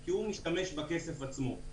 כי הוא משתמש בכסף עצמו.